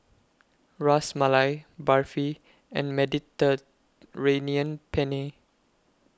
Ras Malai Barfi and Mediterranean Penne